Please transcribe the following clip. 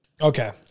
Okay